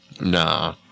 Nah